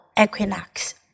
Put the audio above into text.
Equinox